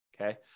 Okay